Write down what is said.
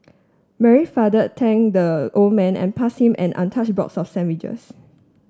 Mary's father thank the old man and pass him an box sandwiches